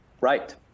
Right